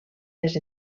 les